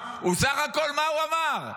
בסך הכול, מה הוא אמר?